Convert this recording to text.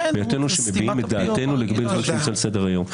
מביעים את דעתנו לגבי הנושאים שנמצאים על סדר-היום.